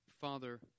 Father